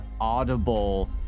audible